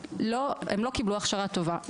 והם לא קיבלו הכשרה טובה,